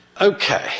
Okay